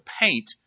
paint